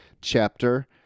chapter